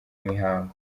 mihango